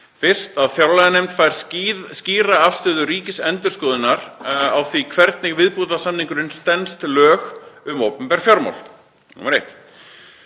fyrst að fjárlaganefnd fengi skýra afstöðu Ríkisendurskoðunar á því hvernig viðbótarsamningurinn stæðist lög um opinber fjármál.